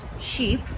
sheep